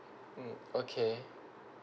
mm okay